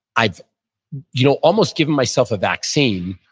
i've you know almost given myself a vaccine,